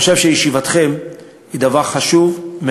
אני חושב שישיבתכם היא דבר חשוב,